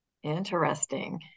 Interesting